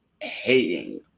hating